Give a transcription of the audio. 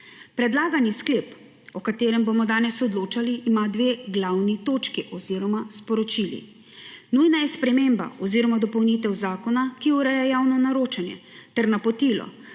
Predlagani sklep, o katerem bomo danes odločali, ima dve glavni točki oziroma sporočili. Nujna je sprememba oziroma dopolnitev zakona, ki ureja javno naročanje, ter napotilo,